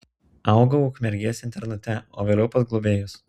augau ukmergės internate o vėliau pas globėjus